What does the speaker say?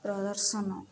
ପ୍ରଦର୍ଶନ